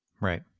Right